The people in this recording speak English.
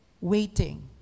waiting